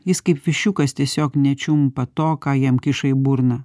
jis kaip viščiukas tiesiog nečiumpa to ką jam kiša į burną